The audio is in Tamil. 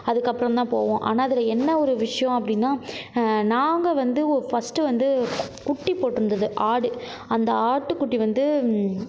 அதுக்கப்புறம் தான் போவோம் ஆனால் அதில் என்ன ஒரு விஷயம் அப்படின்னா நாங்கள் வந்து ஃபர்ஸ்டு வந்து குட்டி போட்டிருந்துது ஆடு அந்த ஆட்டுக்குட்டி வந்து